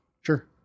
Sure